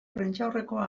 prentsaurrekoa